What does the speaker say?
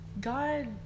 God